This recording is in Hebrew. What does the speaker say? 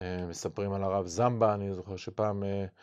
מספרים על הרב זמבה, אני זוכר שפעם...